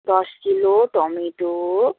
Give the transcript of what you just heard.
দশ kilo tomato